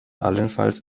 allenfalls